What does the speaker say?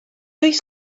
oes